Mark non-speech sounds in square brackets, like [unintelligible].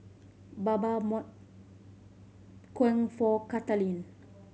Bama [unintelligible] kueh for Kathaleen